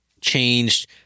changed